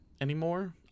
anymore